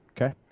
Okay